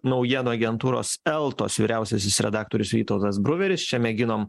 naujienų agentūros eltos vyriausiasis redaktorius vytautas bruveris čia mėginom